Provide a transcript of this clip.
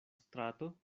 strato